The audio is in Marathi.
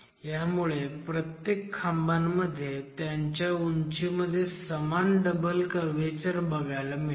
ह्यामुळे प्रत्येक खांबांमध्ये त्यांच्या उंचीमध्ये समान डबल कर्व्हेचर बघायला मिळेल